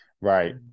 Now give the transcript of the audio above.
right